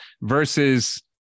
versus